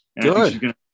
Good